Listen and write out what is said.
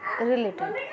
related